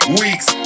weeks